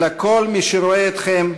אלא כל מי שרואה אתכם,